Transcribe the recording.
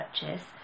purchase